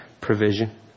provision